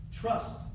trust